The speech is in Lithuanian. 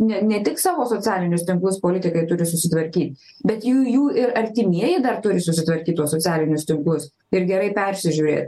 ne ne tik savo socialinius tinklus politikai turi susitvarkyt bet jų jų ir artimieji dar turi sutvarkyt tuos socialinius tinklus ir gerai persižiūrė